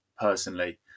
personally